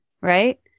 right